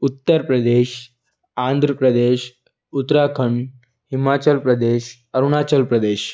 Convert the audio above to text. Uttar Pradesh Andhra Pradesh Uttarakhand Himachal Pradesh Arunachal Pradesh